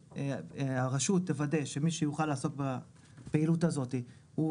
הרשות תוודא שמי שיוכל לעסוק בפעילות הזאתי הוא